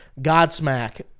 Godsmack